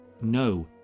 no